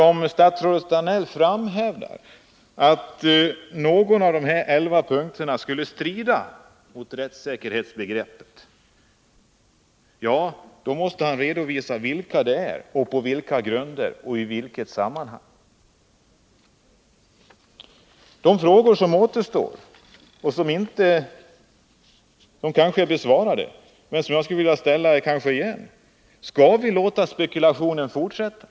Om statsrådet Danell framhärdar i att någon av de här elva punkterna samheten i fjällskulle strida mot rättssäkerhetsbegreppet, måste han redovisa vilken punkt Områdena det gäller och på vilka grunder och i vilket sammanhang så skulle vara fallet. Jag vill åter ställa frågan: Skall vi låta spekulationen fortsätta?